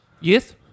Yes